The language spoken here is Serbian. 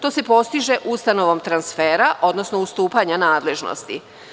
To se postiže ustanovom transfera, odnosno ustupanja nadležnosti.